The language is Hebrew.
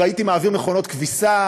והייתי מעביר מכונות כביסה